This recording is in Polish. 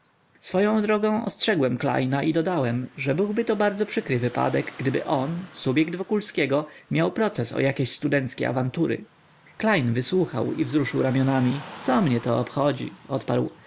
swoją drogą ostrzegłem klejna i dodałem że byłby to bardzo przykry wypadek gdyby on subjekt wokulskiego miał proces o jakieś studenckie awantury klejn wysłuchał i wzruszył ramionami co mnie to obchodzi odparł